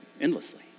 endlessly